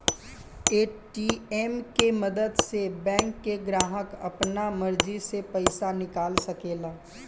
ATM के मदद से बैंक के ग्राहक आपना मर्जी से पइसा निकाल सकेला